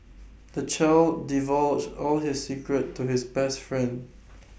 the child divulged all his secret to his best friend